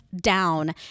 down